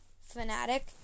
fanatic